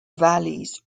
valleys